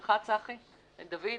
של צחי ברקת ושל דוד ברלב,